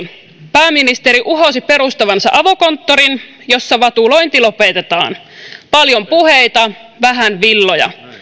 pääministeri uhosi perustavansa avokonttorin jossa vatulointi lopetetaan paljon puheita vähän villoja